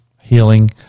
healing